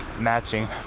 matching